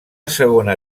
segona